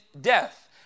death